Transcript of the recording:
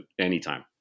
anytime